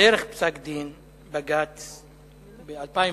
דרך פסק-דין, בג"ץ ב-2002,